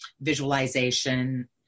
visualization